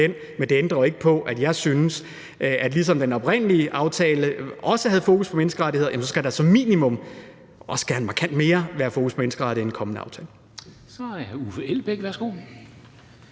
Men det ændrer jo ikke på, at jeg synes, at ligesom den oprindelige aftale havde fokus på menneskerettigheder, så skal der som minimum også være fokus – gerne markant mere – på menneskerettigheder i den kommende aftale.